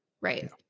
Right